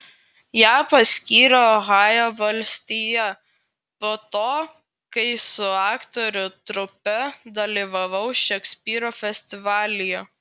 ją paskyrė ohajo valstija po to kai su aktorių trupe dalyvavau šekspyro festivalyje